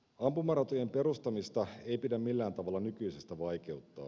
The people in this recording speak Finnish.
ampumaratojen perustamista ei pidä millään tavalla nykyisestä vaikeuttaa